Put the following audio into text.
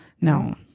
No